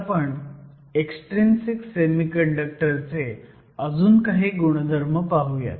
आज आपण extrinsic semiconductor चे अजून काही गुणधर्म पाहुयात